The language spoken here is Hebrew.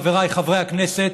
חבריי חברי הכנסת,